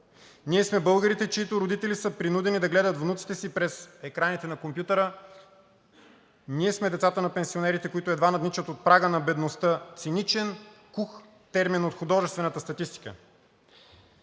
Ние сме българите, чиито родители са принудени да гледат внуците си през екраните на компютъра. Ние сме децата на пенсионерите, които едва надничат от прага на бедността – циничен, кух термин от художествената статистика.